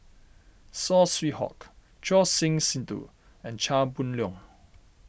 Saw Swee Hock Choor Singh Sidhu and Chia Boon Leong